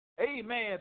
amen